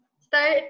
start